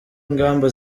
ingamba